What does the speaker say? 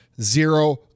zero